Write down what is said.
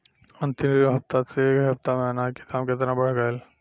अंतिम हफ्ता से ए हफ्ता मे अनाज के दाम केतना बढ़ गएल?